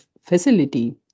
facility